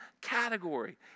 category